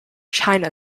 china